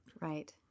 right